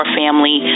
family